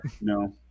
No